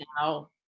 now